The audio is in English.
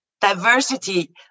diversity